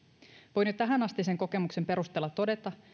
voin jo tähänastisen kokemuksen perusteella todeta